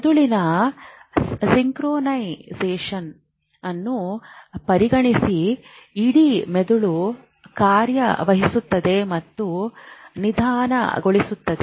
ಮೆದುಳಿನ ಸಿಂಕ್ರೊನೈಸೇಶನ್ ಅನ್ನು ಪರಿಗಣಿಸಿ ಇಡೀ ಮೆದುಳು ಕಾರ್ಯನಿರ್ವಹಿಸುತ್ತದೆ ಮತ್ತು ನಿಧಾನಗೊಳ್ಳುತ್ತದೆ